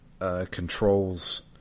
Controls